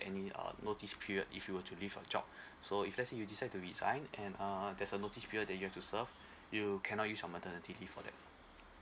any uh notice period if you were to leave your job so if let's say you decide to resign and uh there's a notice period that you have to serve you cannot use your maternity leave for that